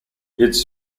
its